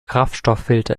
kraftstofffilter